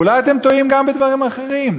אולי אתם טועים גם בדברים אחרים.